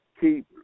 keep